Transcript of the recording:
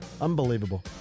Unbelievable